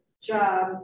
job